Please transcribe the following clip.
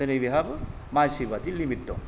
दोनै बेहाबो मानसिबादि लिमिट दं